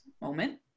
moment